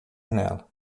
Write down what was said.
nela